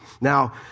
Now